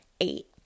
Eight